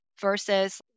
versus